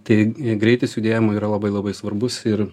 tai greitis judėjimo yra labai labai svarbus ir